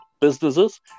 businesses